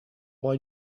why